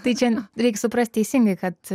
tai čia reik suprast teisingai kad